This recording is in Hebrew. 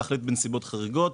להחליט בנסיבות חריגות,